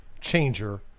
Changer